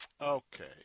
Okay